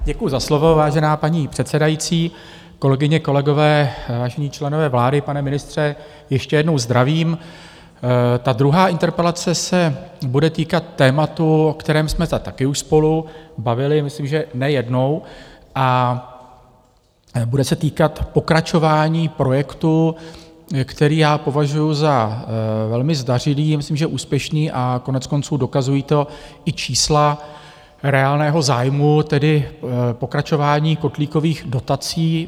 Děkuju za slovo, vážená paní předsedající kolegyně, kolegové, vážení členové vlády, pane ministře, ještě jednou zdravím, ta druhá interpelace se bude týkat tématu, o kterém jsme taky už spolu bavili, myslím, že ne jednou, a bude se týkat pokračování projektu, který já považuju za velmi zdařilý, myslím, že úspěšný, a koneckonců dokazují to i čísla reálného zájmu, tedy pokračování kotlíkových dotací.